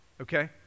Okay